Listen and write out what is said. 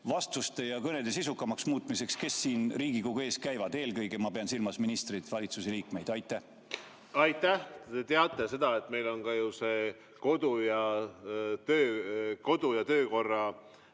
vastuste ja kõnede sisukamaks muutmisele, kes siin Riigikogu ees käivad, eelkõige ma pean silmas ministreid, valitsuse liikmeid. Aitäh! Te teate seda, et meil on ju praegu ka kodu- ja töökorra